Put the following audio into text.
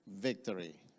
victory